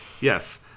Yes